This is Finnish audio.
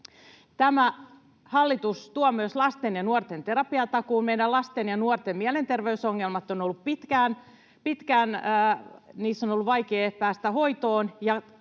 Tämä hallitus tuo myös lasten ja nuorten terapiatakuun. Meidän lasten ja nuorten on pitkään ollut vaikea päästä hoitoon